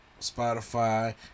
Spotify